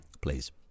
please